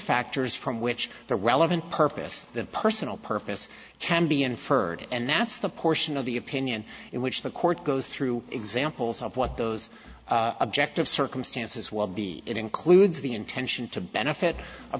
factors from which the relevant purpose of personal purpose can be inferred and that's the portion of the opinion in which the court goes through examples of what those objective circumstances will be it includes the intention to benefit a